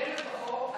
היושב-ראש,